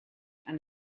and